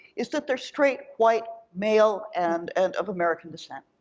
is that they're straight, white, male, and and of american descent.